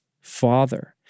father